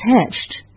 attached